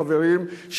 חברים,